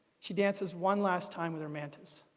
she dances one last time with her mantas.